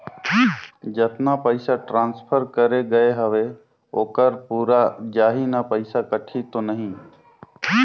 जतना पइसा ट्रांसफर करे गये हवे ओकर पूरा जाही न पइसा कटही तो नहीं?